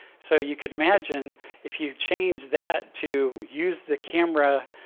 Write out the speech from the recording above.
so you could imagine if you change that to use the camera